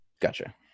Gotcha